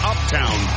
Uptown